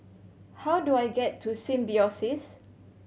how do I get to Symbiosis